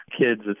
kids